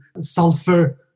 sulfur